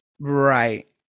Right